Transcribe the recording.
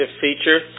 feature